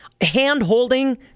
hand-holding